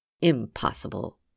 Impossible